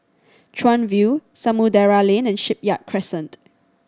Chuan View Samudera Lane and Shipyard Crescent